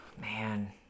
Man